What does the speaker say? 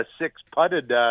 six-putted